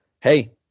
hey